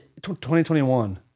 2021